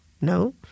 No